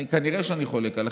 כנראה שאני חולק עליכם,